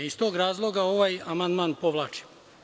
Iz tog razloga, ovaj amandman povlačim.